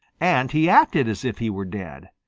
and he acted as if he were dead.